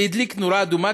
זה הדליק נורה אדומה,